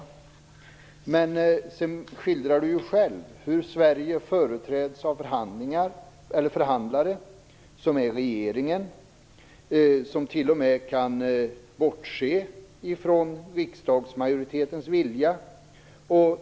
Andreas Carlgren skildrar själv hur Sverige företräds av förhandlare från regeringen vilka t.o.m. kan bortse från riksdagsmajoritetens vilja.